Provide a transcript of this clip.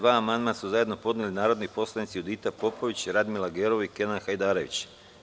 Na član 22. amandman su zajedno podneli narodni poslanici Judita Popović, Radmila Gerov i Kenan Hajdarević.